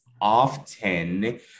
often